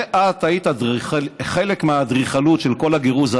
הרי את היית חלק מהאדריכלות של כל הגירוש,